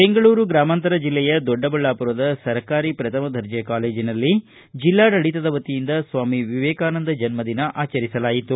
ಬೆಂಗಳೂರು ಗ್ರಾಮಾಂತರ ಜಿಲ್ಲೆಯ ದೊಡ್ಡಬಳ್ಳಾಪುರದ ಸರ್ಕಾರಿ ಪ್ರಥಮ ದರ್ಜೆ ಕಾಲೇಜಿನಲ್ಲಿ ಜಿಲ್ಲಾಡಳಿತದ ವತಿಯಿಂದ ಸ್ವಾಮಿ ವಿವೇಕಾನಂದ ಜನ್ನ ದಿನ ಆಚರಿಸಲಾಯಿತು